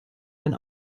ein